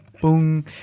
Boom